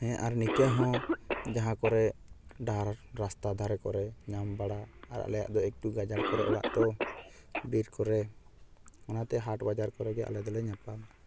ᱦᱮᱸ ᱟᱨ ᱱᱤᱝᱠᱟᱹ ᱦᱚᱸ ᱡᱟᱦᱟᱸ ᱠᱚᱨᱮ ᱰᱟᱦᱟᱨ ᱨᱟᱥᱛᱟ ᱫᱷᱟᱨᱮ ᱠᱚᱨᱮ ᱧᱟᱯ ᱵᱟᱲᱟ ᱟᱨ ᱟᱞᱮᱭᱟᱜ ᱫᱚ ᱮᱠᱴᱩ ᱜᱟᱡᱟᱲ ᱠᱚᱨᱮ ᱚᱲᱟᱜ ᱛᱚ ᱵᱤᱨ ᱠᱚᱨᱮ ᱚᱱᱟᱛᱮ ᱦᱟᱴ ᱵᱟᱡᱟᱨ ᱠᱚᱨᱮᱜᱮ ᱟᱞᱮ ᱫᱚ ᱞᱮ ᱧᱟᱯᱟᱢᱟ